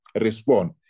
respond